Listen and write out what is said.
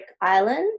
Island